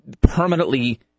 permanently